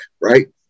right